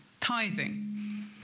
tithing